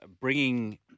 bringing